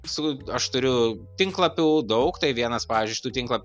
su aš turiu tinklapių daug tai vienas pavyžiu iš tų tinklap